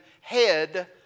head